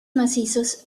macizos